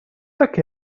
так